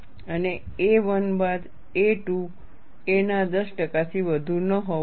અને a1 બાદ a2 a ના 10 ટકાથી વધુ ન હોવો જોઈએ